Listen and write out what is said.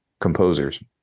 composers